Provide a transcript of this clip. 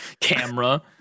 camera